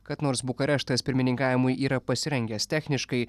kad nors bukareštas pirmininkavimui yra pasirengęs techniškai